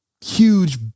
huge